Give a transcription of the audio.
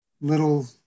little